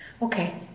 Okay